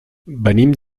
venim